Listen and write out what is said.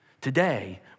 Today